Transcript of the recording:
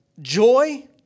joy